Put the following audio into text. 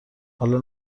حالا